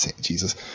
Jesus